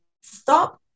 Stop